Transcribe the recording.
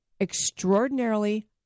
extraordinarily